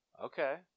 Okay